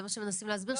זה מה שמנסים להסביר,